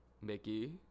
Mickey